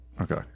Okay